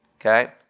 Okay